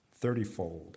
thirtyfold